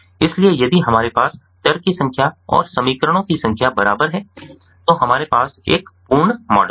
इसलिए यदि हमारे पास चर की संख्या और समीकरणों की संख्या बराबर है तो हमारे पास एक पूर्ण मॉडल है